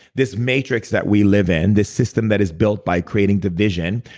this matrix that we live in, this system that is built by creating division,